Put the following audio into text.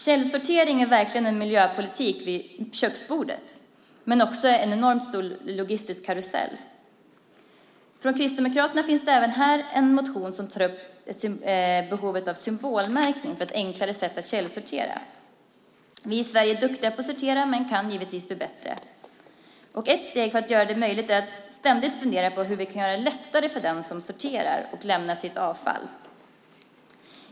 Källsortering är verkligen miljöpolitik vid köksbordet men också en enormt stor logistisk karusell. Från Kristdemokraterna finns det även här en motion där vi tar upp behovet av symbolmärkning för att på ett enklare sätt kunna källsortera. Vi i Sverige är duktiga på att sortera men kan givetvis bli bättre. Ett steg för att gör det möjligt är att ständigt fundera på hur vi kan göra det lättare för den som sorterar och lämnar sitt avfall.